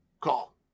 call